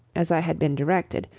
as i had been directed,